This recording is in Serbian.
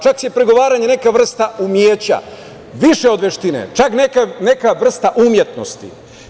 Čak je pregovaranje i neka vrsta umeća, više od veštine, čak i neka vrsta umetnosti.